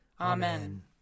Amen